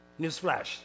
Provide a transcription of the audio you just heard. Newsflash